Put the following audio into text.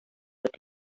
would